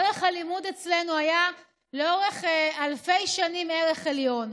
ערך הלימוד אצלנו היה לאורך אלפי שנים ערך עליון,